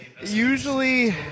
usually